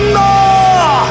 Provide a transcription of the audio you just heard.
more